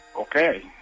Okay